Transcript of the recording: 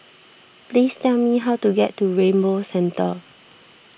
please tell me how to get to Rainbow Centre